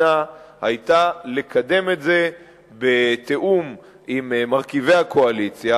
שניתנה היתה לקדם את זה בתיאום עם מרכיבי הקואליציה,